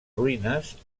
ruïnes